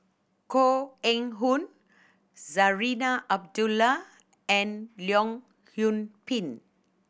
Koh Eng Hoon Zarinah Abdullah and Leong Yoon Pin